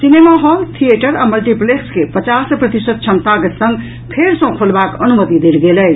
cinema hall theatre आ multiplex के पचास प्रतिशत क्षमताक संग फेर सँ खोलबाक अनुमति देल गेल अछि